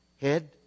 Head